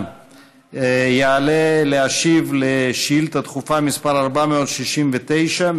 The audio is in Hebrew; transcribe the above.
יעלה להשיב על שאילתה דחופה מס' 469,